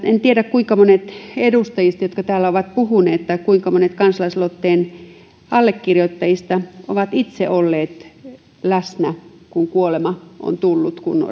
en tiedä kuinka monet edustajista jotka täällä ovat puhuneet tai kuinka monet kansalaisaloitteen allekirjoittajista ovat itse olleet läsnä kun kuolema on tullut kun